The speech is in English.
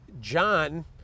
John